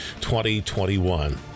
2021